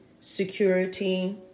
security